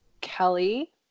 Kelly